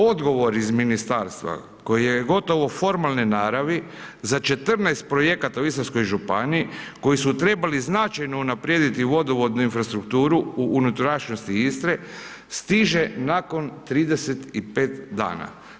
Odgovor iz ministarstva, koje je gotovo formalne naravi, za 14 projekata u Istarskoj županiji, koji su trebali značajno unaprijediti vodovodnu infrastrukturu u unutrašnjosti Istre, stiže nakon 35 dana.